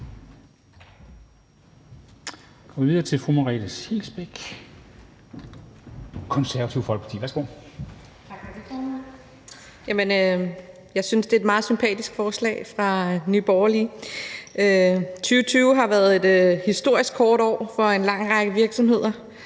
Jeg synes, det er et meget sympatisk forslag fra Nye Borgerlige. 2020 har været et historisk hårdt år for en lang række virksomheder,